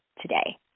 today